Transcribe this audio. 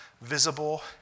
visible